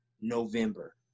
November